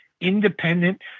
independent